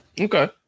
Okay